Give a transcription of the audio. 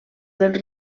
dels